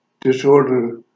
disorder